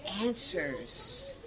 answers